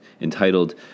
entitled